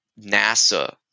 NASA